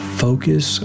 focus